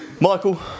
michael